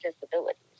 disabilities